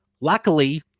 Luckily